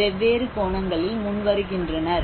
வெவ்வேறு கோணங்களில் முன்வருகின்றனர்